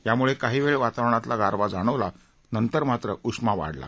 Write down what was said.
यामुळे काहीवेळ वातावरणातील गारवा जाणवला तरी नंतर मात्र उष्मा वाढला